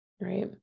right